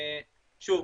שוב,